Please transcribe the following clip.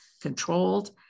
controlled